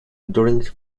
during